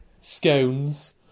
scones